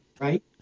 Right